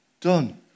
done